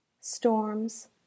storms